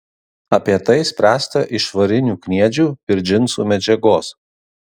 apie tai spręsta iš varinių kniedžių ir džinsų medžiagos